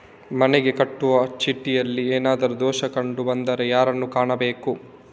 ಮನೆಗೆ ಕಟ್ಟುವ ಚೀಟಿಯಲ್ಲಿ ಏನಾದ್ರು ದೋಷ ಕಂಡು ಬಂದರೆ ಯಾರನ್ನು ಕಾಣಬೇಕು?